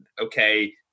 okay